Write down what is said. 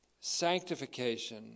sanctification